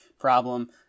problem